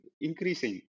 increasing